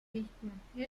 lihtne